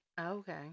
Okay